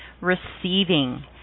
receiving